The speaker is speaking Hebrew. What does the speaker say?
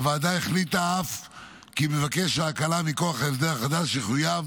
הוועדה אף החליטה כי מבקש ההקלה מכוח ההסדר החדש יחויב